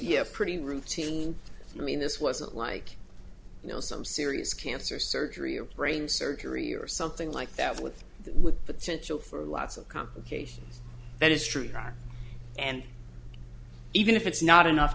have pretty routine i mean this wasn't like you know some serious cancer surgery or brain surgery or something like that with that with potential for lots of complications that is true and even if it's not enough